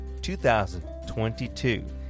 2022